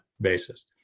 basis